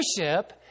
worship